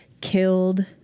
killed